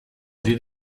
did